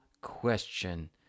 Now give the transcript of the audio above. question